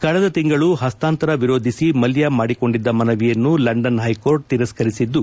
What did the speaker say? ಕಳೆದ ತಿಂಗಳು ಹಸ್ತಾಂತರ ವಿರೋಧಿಸಿ ಮಲ್ಯ ಮಾಡಿಕೊಂಡಿದ್ದ ಮನವಿಯನ್ನು ಲಂಡನ್ ಹೈಕೋರ್ಟ್ ತಿರಸ್ತರಿಸಿದ್ದು